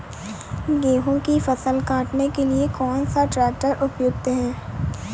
गेहूँ की फसल काटने के लिए कौन सा ट्रैक्टर उपयुक्त है?